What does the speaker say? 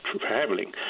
traveling